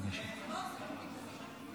מאוד מטריד.